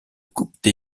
coupe